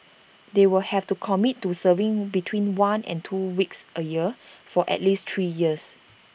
they will have to commit to serving between one and two weeks A year for at least three years